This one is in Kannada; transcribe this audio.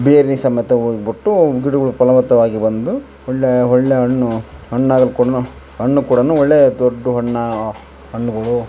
ಬೇರು ಸಮೇತ ಹೋಗ್ಬಿಟ್ಟು ಗಿಡಗಳು ಫಲವತ್ತಾಗಿ ಬಂದು ಒಳ್ಳೇ ಒಳ್ಳೇ ಹಣ್ಣು ಹಣ್ಣಾದ ಕೂಡ ಹಣ್ಣು ಕೂಡ ಒಳ್ಳೇ ದೊಡ್ದು ಹಣ್ಣಾ ಹಣ್ಣುಗಳು